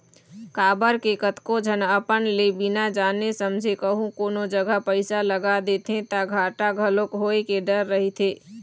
काबर के कतको झन अपन ले बिना जाने समझे कहूँ कोनो जघा पइसा लगा देथे ता घाटा घलोक होय के डर रहिथे